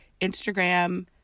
Instagram